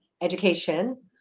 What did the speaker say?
education